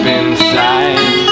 inside